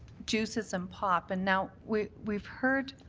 juices and pop. and now, we've we've heard